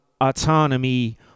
autonomy